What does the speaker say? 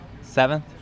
Seventh